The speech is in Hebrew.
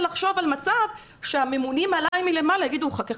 לחשוב על מצב שהממונים עליו מלמעלה יאמרו חכה,